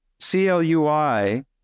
CLUI